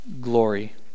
glory